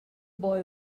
boy